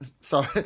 Sorry